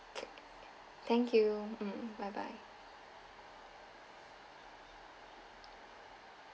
thank you um bye bye